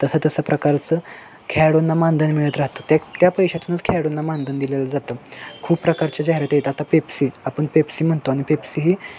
तसं तसं प्रकारचं खेळाडूंना मानधन मिळत राहतं त्या त्या पैशातूनच खेळाडूंना मानधन दिलं जातं खूप प्रकारच्या जाहिरात येत आता पेप्सी आपण पेप्सी म्हणतो आणि पेप्सी ही